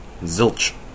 Zilch